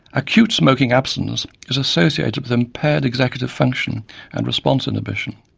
acute smoking abstinence is associated with impaired executive function and response inhibition.